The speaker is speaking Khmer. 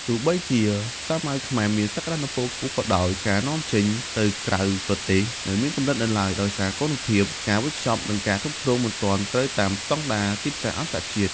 ទោះបីជាសាវម៉ាវខ្មែរមានសក្ដានុពលខ្ពស់ក៏ដោយ ការនាំចេញទៅក្រៅប្រទេសនៅមានកម្រិតនៅឡើយ ដោយសារគុណភាព ការវេចខ្ចប់ និងការគ្រប់គ្រងមិនទាន់ត្រូវតាមស្តង់ដារទីផ្សារអន្តរជាតិ។